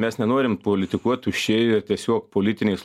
mes nenorim politikuot tuščiai ir tiesiog politiniais